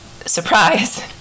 surprise